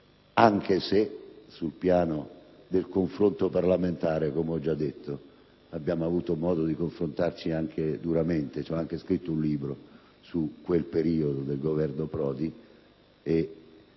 anche se sul piano del confronto parlamentare, come ho già detto, abbiamo avuto modo di confrontarci anche duramente; peraltro, ho anche scritto un libro su quel periodo del Governo Prodi.